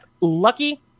lucky